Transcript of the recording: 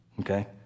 okay